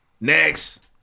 Next